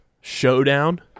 showdown